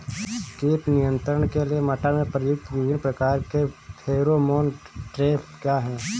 कीट नियंत्रण के लिए मटर में प्रयुक्त विभिन्न प्रकार के फेरोमोन ट्रैप क्या है?